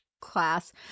class